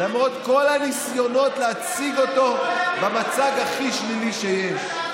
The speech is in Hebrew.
למרות כל הניסיונות להציג אותו במצג הכי שלילי שיש.